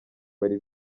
bari